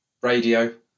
radio